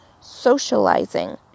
socializing